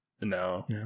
No